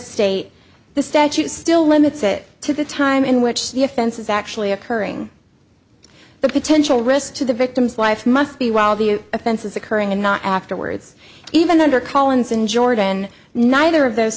state the statute still limits it to the time in which the offense is actually occurring the potential risk to the victim's life must be while the offense is occurring and not afterwards even under collins in jordan neither of those